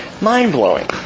mind-blowing